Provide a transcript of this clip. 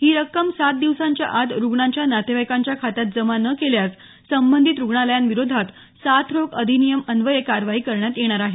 ही रक्कम सात दिवसांच्या आत रुग्णांच्या नातेवाईकांच्या खात्यात जमा न केल्यास संबंधित रुग्णालयांविरोधात साथ रोग अधिनियमअन्वये कारवाई करण्यात येणार आहे